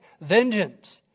vengeance